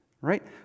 Right